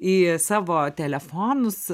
į savo telefonus